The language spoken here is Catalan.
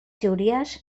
teories